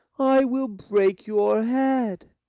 i will break your head.